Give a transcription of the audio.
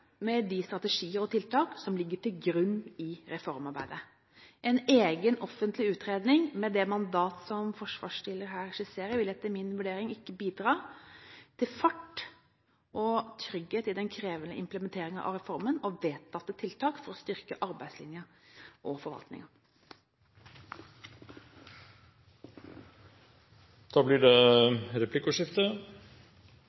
med de strategier og tiltak som ligger til grunn for reformarbeidet. En egen offentlig utredning med det mandat som forslagsstillerne her skisserer, vil etter min vurdering ikke bidra til fart og trygghet i den krevende implementering av reformen og vedtatte tiltak for å styrke arbeidslinjen og forvaltningen. Det blir replikkordskifte. Jeg merket meg at statsråden sa at det